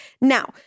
Now